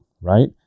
right